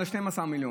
על ה-12 מיליון,